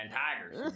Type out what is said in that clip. tigers